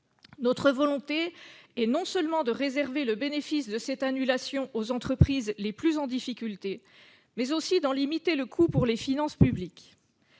Notre volonté est non seulement de réserver le bénéfice de cette annulation aux entreprises les plus en difficulté, mais aussi d'en limiter le coût pour les finances publiques.